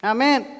Amen